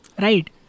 Right